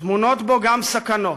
"טמונות בו גם סכנות,